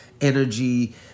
energy